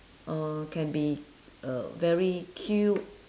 uh can be uh very cute